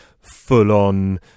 full-on